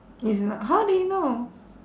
it's not how do you know